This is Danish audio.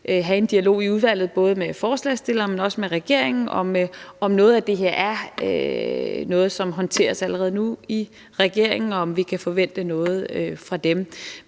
have en dialog i udvalget, både med forslagsstilleren, men også med regeringen, om, hvorvidt noget af det her er noget, som håndteres allerede nu i regeringen, og om vi kan forvente noget fra dem.